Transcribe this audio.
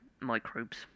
microbes